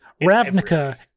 Ravnica